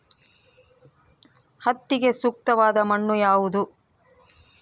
ಹತ್ತಿಗೆ ಸೂಕ್ತವಾದ ಮಣ್ಣು ಯಾವುದು?